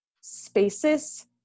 spaces